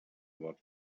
what